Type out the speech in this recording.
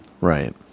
Right